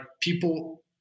people